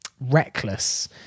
reckless